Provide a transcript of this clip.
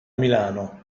milano